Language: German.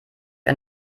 ich